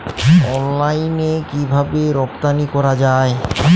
অনলাইনে কিভাবে রপ্তানি করা যায়?